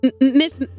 Miss